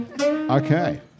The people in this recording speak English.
Okay